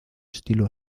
estilo